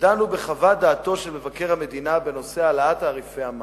דנו בחוות דעתו של מבקר המדינה בנושא העלאת תעריפי המים.